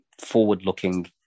forward-looking